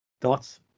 Thoughts